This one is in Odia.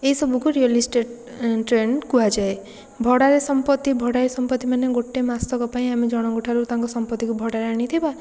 ଏହିସବୁକୁ ରିଏଲିଷ୍ଟେଟ ଟ୍ରେଣ୍ଡ କୁହାଯାଏ ଭଡ଼ାରେ ସମ୍ପତ୍ତି ଭଡ଼ାରେ ସମ୍ପତ୍ତି ମାନେ ଗୋଟେ ମାସକ ପାଇଁ ଆମେ ଜଣଙ୍କଠାରୁ ତାଙ୍କ ସମ୍ପତ୍ତିକୁ ଭଡ଼ାରେ ଆଣିଥିବା